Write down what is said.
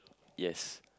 yes